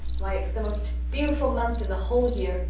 why it's the most beautiful month in the whole year.